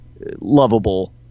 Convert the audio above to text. lovable